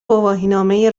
گواهینامه